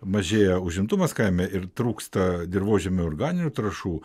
mažėja užimtumas kaime ir trūksta dirvožemiui organinių trąšų